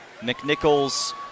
McNichols